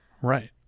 Right